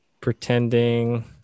pretending